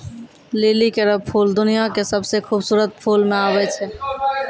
लिली केरो फूल दुनिया क सबसें खूबसूरत फूल म आबै छै